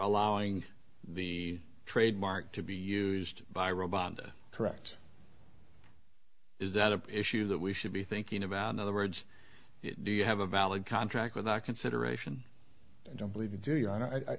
allowing the trademark to be used by robot correct is that an issue that we should be thinking about in other words do you have a valid contract without consideration i don't believe you do you